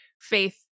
faith